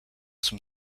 zum